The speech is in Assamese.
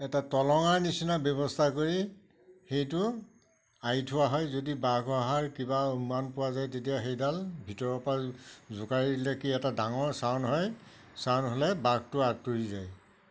এটা তলঙাৰ নিচিনা ব্যৱস্থা কৰি সেইটো আঁৰি থোৱা হয় যদি বাঘ অহাৰ কিবা উমান পোৱা যায় তেতিয়া সেইডাল ভিতৰৰ পৰা জোকাৰি দিলে কি এটা ডাঙৰ চাউন হয় চাউন হ'লে বাঘটো আঁতৰি যায়